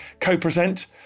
co-present